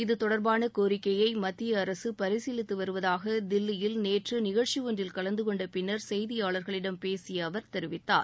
இதுதொடர்பான கோரிக்கையை மத்திய அரசு பரிசீலித்து வருவதாக தில்லியில் நேற்று நிகழ்ச்சி ஒன்றில் கலந்து கொண்ட பின்னர் செய்தியாளர்களிடம் பேசிய அவர் தெரிவித்தார்